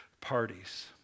parties